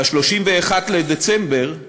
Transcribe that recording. ב-31 בדצמבר,